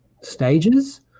stages